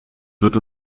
wird